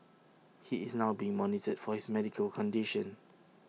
he is now being monitored for his medical condition